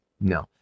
No